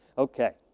okay,